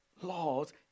laws